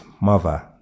mother